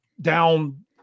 down